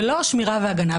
ולא השמירה וההגנה.